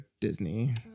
disney